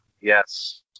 yes